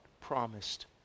promised